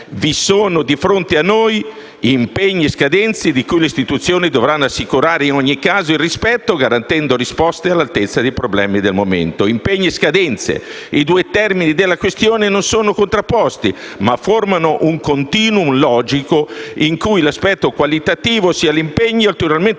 «Vi sono di fronte a noi impegni e scadenze di cui le istituzioni dovranno assicurare in ogni caso il rispetto, garantendo risposte all'altezza dei problemi del momento». Impegni e scadenze. I due termini della questione non sono contrapposti, ma formano un *continuum* logico in cui l'aspetto qualitativo (ossia gli impegni) è ulteriormente